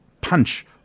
punch